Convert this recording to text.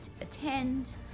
attend